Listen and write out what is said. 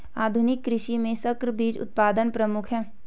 आधुनिक कृषि में संकर बीज उत्पादन प्रमुख है